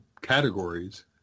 categories